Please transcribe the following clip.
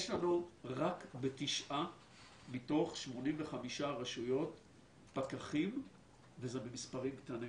יש לנו רק בתשע מתוך 85 רשויות פקחים וזה במספרים קטנים.